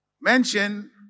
mention